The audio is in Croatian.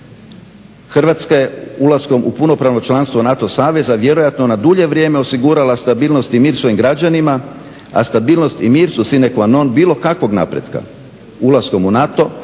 Hrvatska je ulaskom u punopravno članstvo u NATO savez vjerojatno na dulje vrijeme osigurala stabilnost i mir svojim građanima, a stabilnost i mir su sine quanon bilo kakvog napretka. Ulaskom u NATO,